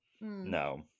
no